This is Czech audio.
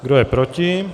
Kdo je proti?